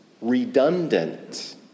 redundant